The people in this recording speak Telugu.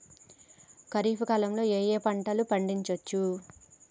ఖరీఫ్ కాలంలో ఏ ఏ పంటలు పండించచ్చు?